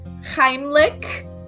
Heimlich